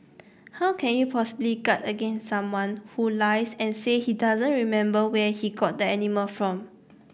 how can you possibly guard against someone who lies and say he doesn't remember where he got the animal from